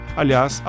aliás